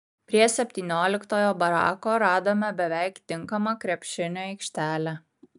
prie septynioliktojo barako radome beveik tinkamą krepšiniui aikštelę